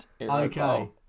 Okay